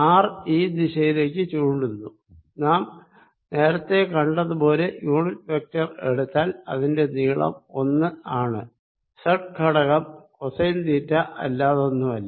R ഈ ദിശയിലേക്ക് ചൂണ്ടുന്നു നാം നേരത്തെ കണ്ടത് പോലെ യൂണിറ്റ് വെക്ടർ എടുത്താൽ അതിന്റെ നീളം ഒന്ന് ആണ് സെഡ് ഘടകം കോസൈൻ തീറ്റ അല്ലാതൊന്നുമല്ല